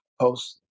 post